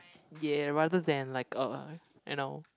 ya rather than like a you know